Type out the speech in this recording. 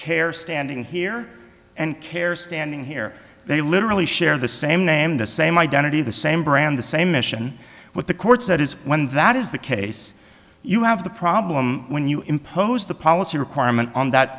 care standing here and care standing here they literally share the same name the same identity the same brand the same mission with the courts that is when that is the case you have the problem when you impose the policy requirement on that